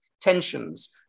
tensions